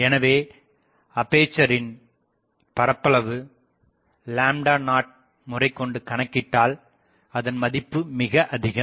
எனவே அப்பேசரின் பரப்பளவு 0 லாம்டா முறை கொண்டு கணக்கிட்டால் அதன் மதிப்பு மிக அதிகம்